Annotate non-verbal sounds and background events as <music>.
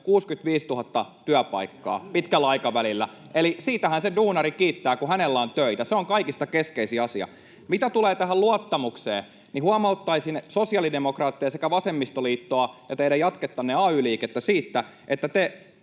65 000 työpaikkaa, pitkällä aikavälillä, <noise> eli siitähän se duunari kiittää, kun hänellä on töitä. Se on kaikista keskeisin asia. Mitä tulee tähän luottamukseen, niin huomauttaisin sosiaalidemokraatteja sekä vasemmistoliittoa ja teidän jatkettanne ay-liikettä siitä, että te